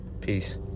Peace